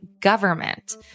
government